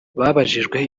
babajijwe